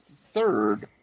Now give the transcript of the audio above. third